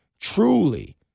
truly